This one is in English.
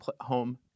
home